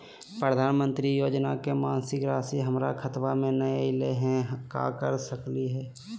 प्रधानमंत्री योजना के मासिक रासि हमरा खाता में नई आइलई हई, का कर सकली हई?